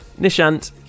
nishant